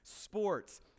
sports